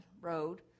road